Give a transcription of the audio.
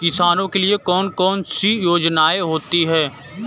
किसानों के लिए कौन कौन सी योजनायें होती हैं?